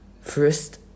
First